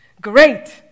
Great